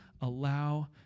allow